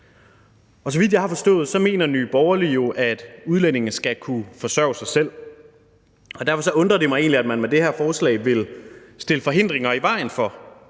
Så vidt jeg har forstået, mener Nye Borgerlige, at udlændinge skal kunne forsørge sig selv, og derfor undrer det mig egentlig, at man med det her forslag vil stille forhindringer i vejen for,